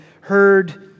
heard